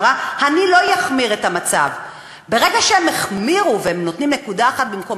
אמרה: אני לא אחמיר את המצב,